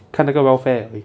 看那个 welfare